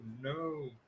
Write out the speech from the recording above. no